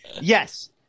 Yes